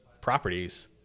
properties